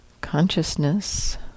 Consciousness